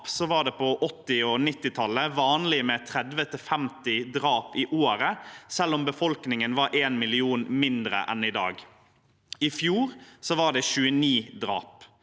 var det i 1980- og 1990-årene vanlig med 30–50 drap i året, selv om befolkningen var en million færre enn i dag. I fjor var det 29 drap.